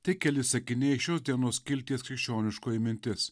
tik keli sakiniai šios dienos skilties krikščioniškoji mintis